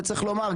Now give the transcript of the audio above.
וצריך לומר,